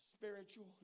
spiritual